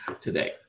today